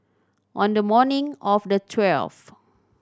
on the morning of the twelfth